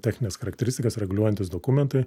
technines charakteristikas reguliuojantys dokumentai